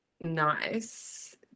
nice